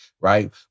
right